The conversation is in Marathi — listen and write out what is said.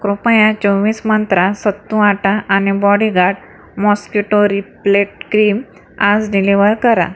कृपया चोवीस मंत्रा सत्तू आटा आणि बॉडीगा मॉस्किटो रिप्लेट क्रीम आज डिलिवर करा